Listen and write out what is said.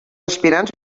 aspirants